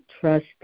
trust